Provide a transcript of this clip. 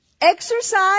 exercise